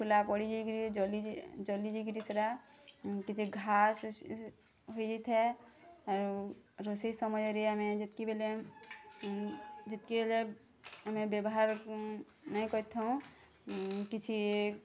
ଫୁଲା ପଡ଼ି ଯେଇକିରି ଜଲି ଜଲି ଯେଇକିରି ସେଟା କିଛି ଘାଆ ହୋଇଯାଇଥାଏ ଆରୁ ରୋଷେଇ ସମୟରେ ଆମେ ଯେତ୍କି ବେଲେ ଯେତ୍କି ବେଲେ ଆମେ ବ୍ୟବହାର୍ ନାଇଁ କରିଥାଉଁ କିଛି